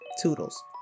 Toodles